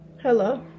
Hello